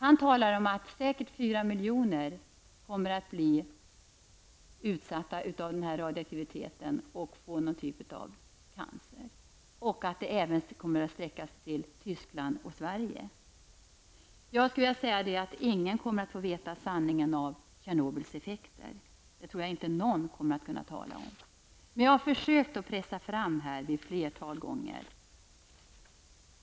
Han talar om att säkert fyra miljoner kommer att bli utsatta för radioaktiviteten och få någon typ av cancer och att det även kommer att sträcka sig till Tyskland och Sverige. Ingen kommer att få veta sanningen om Tjernobyls effekter. Det tror jag inte någon kommer att kunna tala om. Men jag har försökt pressa fram den här ett flertal gånger.